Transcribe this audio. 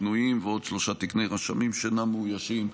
פנויים ועוד שלושה תקני רשמים שאינם מאוישים.